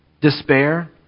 despair